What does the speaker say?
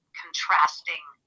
contrasting